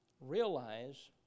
realize